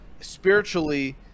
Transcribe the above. spiritually